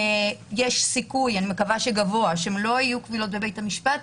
יש סיכוי אני מקווה שגבוה שהן לא יהיה קבילות בבתי המשפטי,